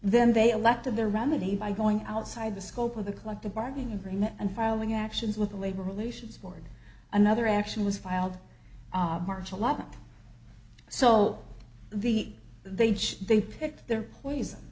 then they elected their remedy by going outside the scope of the collective bargaining agreement and filing actions with the labor relations board another action was filed march eleventh so the they they picked their poison